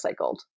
recycled